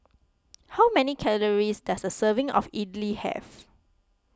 how many calories does a serving of Idly have